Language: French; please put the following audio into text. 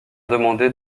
demander